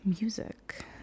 Music